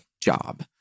job